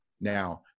Now